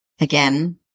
Again